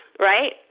Right